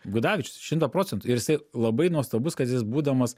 gudavičius šimtą procentų ir jisai labai nuostabus kad jis būdamas